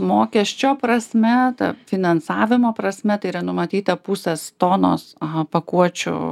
mokesčio prasme ta finansavimo prasme tai yra numatyta pusės tonos pakuočių